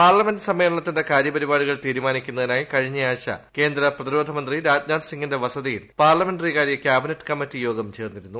parliament സമ്മേളന്ത്തിന്റെ കാര്യ പരിപാടികൾ തീരുമാനിക്കുന്നതിനായി കഴിഞ്ഞു ആഴ്ച്ച കേന്ദ്ര പ്രതിരോധ മന്ത്രി രാജ്നാഥ് സിംഗിന്റെ വസതിയിൽ പാർല്ലമെന്റ്റികാര്യ ക്യാബിനറ്റ് കമ്മിറ്റി യോഗം ചേർന്നിരുന്നു